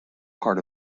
part